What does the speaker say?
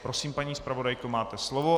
Prosím, paní zpravodajko, máte slovo.